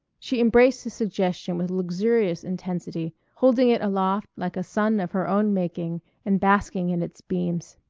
she embraced his suggestion with luxurious intensity, holding it aloft like a sun of her own making and basking in its beams.